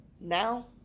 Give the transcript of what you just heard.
now